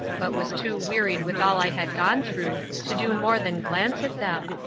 but was too wearied with all i had gone through to do more than glance at them,